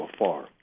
afar